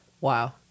wow